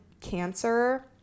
cancer